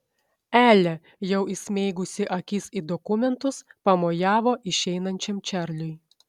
elė jau įsmeigusi akis į dokumentus pamojavo išeinančiam čarliui